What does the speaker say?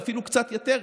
ואפילו קצת יותר,